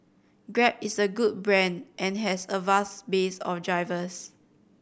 grab is a good brand and has a vast base of drivers